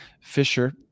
Fisher